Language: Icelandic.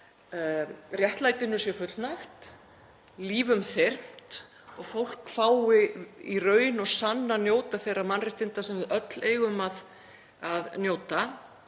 réttlætinu sé fullnægt, lífum þyrmt og fólk fái í raun og sann að njóta þeirra mannréttinda sem við öll eigum að fá að